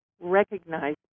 recognize